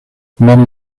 many